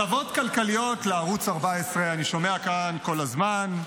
הטבות כלכליות לערוץ 14, אני שומע כאן כל הזמן.